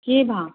की भाव